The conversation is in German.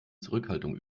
zurückhaltung